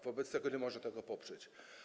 Wobec tego nie można tego poprzeć.